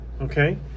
okay